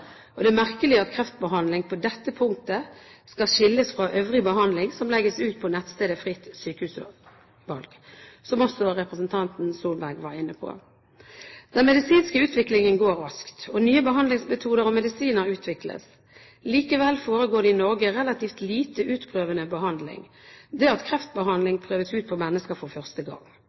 Helsetilsynet. Det er merkelig at kreftbehandling på dette punktet skal skilles fra øvrig behandling som legges ut på nettstedet Fritt sykehusvalg, som også representanten Solberg var inne på. Den medisinske utviklingen går raskt, og nye behandlingsmetoder og medisiner utvikles. Likevel foregår det i Norge relativt lite utprøvende behandling – det at kreftbehandling prøves ut på mennesker for første gang.